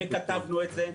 כתבנו את זה.